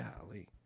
Golly